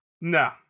No